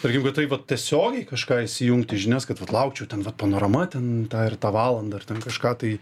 tarkim kad tai vat tiesiogiai kažką įsijungti žinias kad vat laukčiau ten vat panorama ten tą ir tą valandą ir ten kažką tai